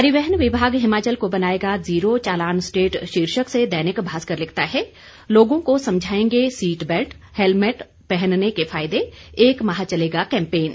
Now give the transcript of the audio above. परिवहन विभाग हिमाचल को बनाएगा जीरो चालान स्टेट शीर्षक से दैनिक भास्कर लिखता है लोगों को समझाएंगे सीट बेल्ट हेलमेट पहनने के फायदे एक माह चलेगा कैंपेन